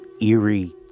eerie